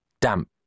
damp